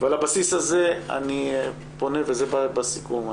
על הבסיס הזה אני פונה, וזה בסיכום.